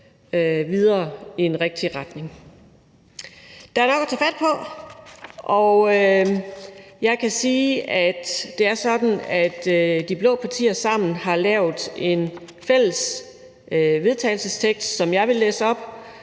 videre i en rigtig retning. Der er nok at tage fat på, og jeg kan sige, at det er sådan, at de blå partier sammen har lavet et fælles forslag til vedtagelse, som jeg vil læse op.